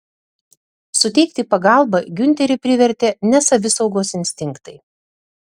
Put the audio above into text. suteikti pagalbą giunterį privertė ne savisaugos instinktai